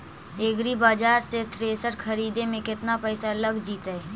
एग्रिबाजार से थ्रेसर खरिदे में केतना पैसा लग जितै?